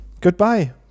Goodbye